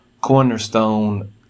cornerstone